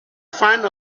find